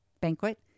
banquet